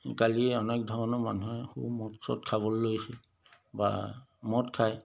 কালি অনেক ধৰণৰ মানুহে খুব মদ চদ খাবলৈ লৈছে বা মদ খায়